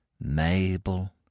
Mabel